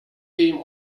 aim